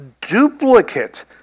duplicate